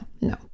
no